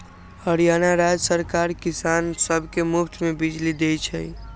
हरियाणा राज्य सरकार किसान सब के मुफ्त में बिजली देई छई